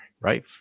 right